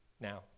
now